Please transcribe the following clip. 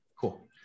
cool